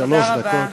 שלוש דקות.